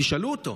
תשאלו אותו.